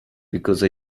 because